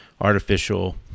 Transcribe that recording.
artificial